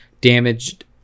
damaged